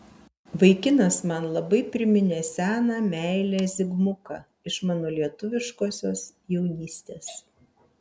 vaikinas man labai priminė seną meilę zigmuką iš mano lietuviškosios jaunystės